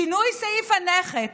שינוי סעיף הנכד